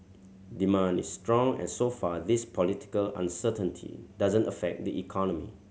demand is strong and so far this political uncertainty doesn't affect the economy